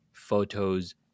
photos